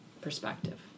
perspective